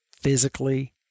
physically